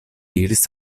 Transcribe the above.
diris